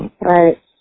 Right